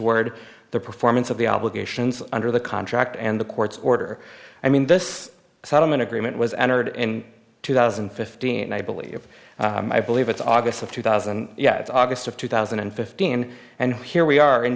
toward the performance of the obligations under the contract and the court's order i mean this settlement agreement was entered in two thousand and fifteen i believe i believe it's august of two thousand and yet it's august of two thousand and fifteen and here we are in